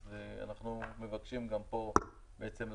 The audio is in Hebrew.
אז אנחנו מבקשים גם פה לתת